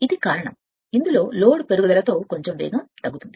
ఇది కారణం కాబట్టి ఇది లోడ్ పెరుగుదలతో కొంచెం వేగం తగ్గుతుంది